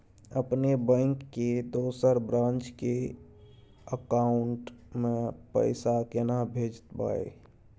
अपने बैंक के दोसर ब्रांच के अकाउंट म पैसा केना भेजबै?